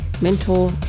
mentor